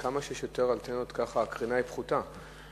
שכמה שיש יותר אנטנות הקרינה פחותה.